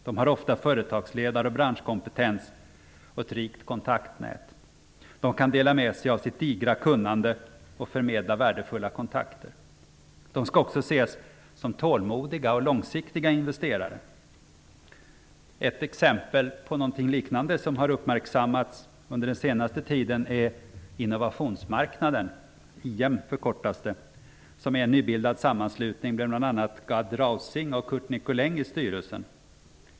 De har ofta företagsledar och branschkompetens och ett rikt kontaktnät. De kan dela med sig av sitt digra kunnande och förmedla värdefulla kontakter. De skall också ses som tålmodiga och långsiktiga investerare. Ett exempel på något liknande som har uppmärksammats under den senaste tiden är Nicolin i styrelsen.